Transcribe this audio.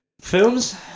Films